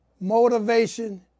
motivation